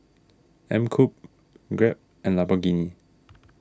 Mkup Grab and Lamborghini